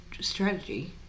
strategy